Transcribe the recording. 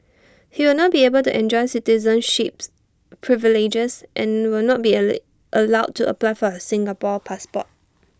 he will not be able to enjoy citizenships privileges and will not be A late allowed to apply for A Singapore passport